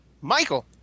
Michael